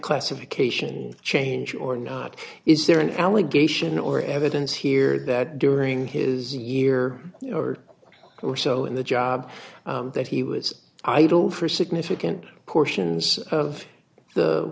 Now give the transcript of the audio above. classification change or not is there an allegation or evidence here that during his year or so in the job that he was idle for significant portions of the